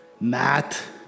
Matt